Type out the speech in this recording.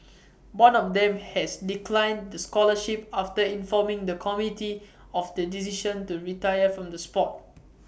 one of them has declined the scholarship after informing the committee of the decision to retire from the Sport